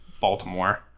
Baltimore